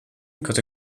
got